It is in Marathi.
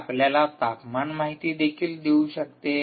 हे आपल्याला तापमान माहिती देखील देऊ शकते